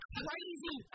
crazy